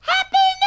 Happy